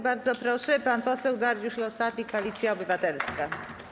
Bardzo proszę, pan poseł Dariusz Rosati, Koalicja Obywatelska.